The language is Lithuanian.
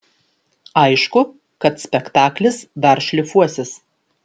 aišku kad spektaklis dar šlifuosis